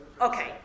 Okay